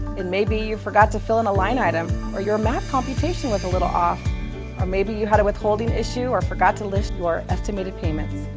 it may be that you forgot to fill in a line item or your math computation was a little off. or maybe you had a withholding issue or forgot to list your estimated payment.